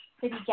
city